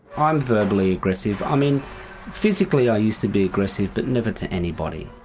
um partly aggressive, i mean physically i used to be aggressive but never to anybody.